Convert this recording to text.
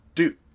Dude